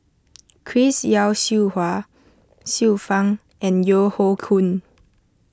Chris Yeo Siew Hua Xiu Fang and Yeo Hoe Koon